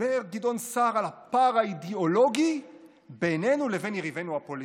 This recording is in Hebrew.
דיבר גדעון סער על הפער האידיאולוגי בינינו לבין יריבינו הפוליטיים,